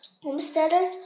Homesteaders